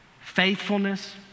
faithfulness